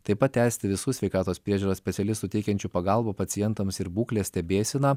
taip pat tęsti visų sveikatos priežiūros specialistų teikiančių pagalbą pacientams ir būklės stebėseną